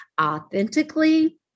authentically